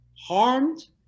harmed